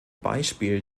beispiel